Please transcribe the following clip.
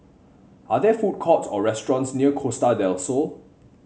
are there food courts or restaurants near Costa Del Sol